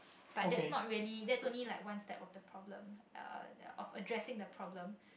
but that's not really that's only like one step of the problem uh of addressing the problem